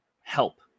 help